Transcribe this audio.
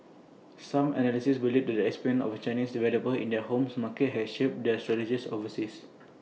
some analysts believe that the experience of Chinese developers in their homes market has shaped their strategies overseas